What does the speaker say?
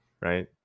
right